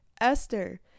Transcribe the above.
Esther